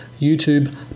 YouTube